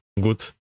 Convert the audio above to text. good